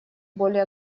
более